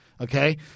Okay